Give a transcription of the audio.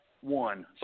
one